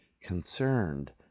concerned